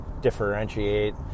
differentiate